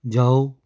ਜਾਓ